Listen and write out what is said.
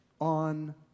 on